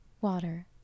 water